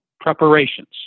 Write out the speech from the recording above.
preparations